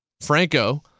Franco